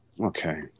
Okay